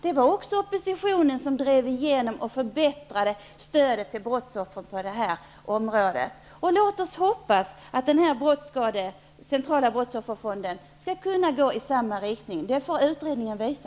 Det var oppositionen som drev igenom och förbättrade stödet till brottsoffren också på det området. Låt oss hoppas att den centrala brottsofferfonden skall kunna gå i samma riktning. Det får utredningen visa.